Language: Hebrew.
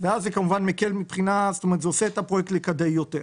ואז זה עושה את הפרויקט לכדאי יותר.